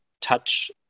touch